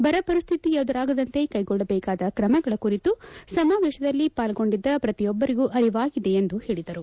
ಬರ ಪರಿಸ್ತಿತಿ ಎದುರಾಗದಂತೆ ಕೈಗೊಳ್ಳಬೇಕಾದ ಕ್ರಮಗಳ ಕುರಿತು ಸಮಾವೇಶದಲ್ಲಿ ಪಾಲ್ಗೊಂಡಿದ್ದ ಪ್ರತಿಯೊಬ್ಬರಿಗೂ ಅರಿವಾಗಿದೆ ಎಂದು ಹೇಳಿದರು